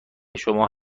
شما